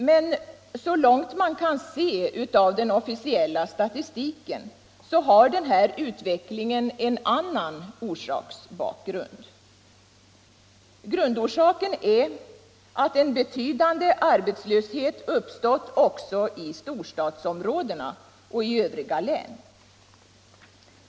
Men så långt man kan se av den officiella statistiken har denna utveckling en annan bakgrund. Grundorsaken är att en betydande arbetslöshet uppstått också i storstadsområdena och i övriga län.